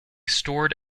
stored